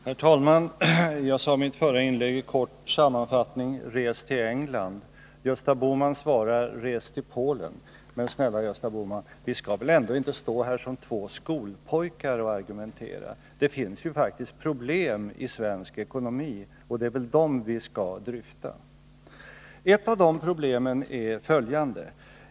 Herr talman! Jag sade i mitt förra inlägg i en kort sammanfattning: Res till England! Gösta Bohman svarar: Res till Polen! Men, snälle Gösta Bohman, vi skall väl inte stå här som två skolpojkar och argumentera! Det finns faktiskt problem i svensk ekonomi, och det är väl dem vi skall dryfta. Ett av de problemen är följande.